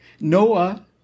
Noah